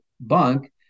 bunk